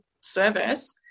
service